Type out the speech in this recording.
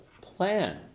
plan